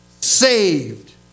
Saved